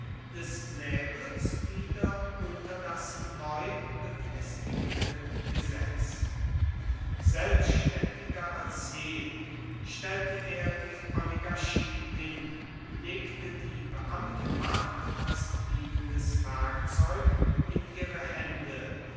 des säbels wieder unter das neu befestigte gesetz selbständiger als je stellte er die oligarchie hin legte die beamtenmacht als dienendes werkzeug in ihre hände